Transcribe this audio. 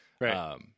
Right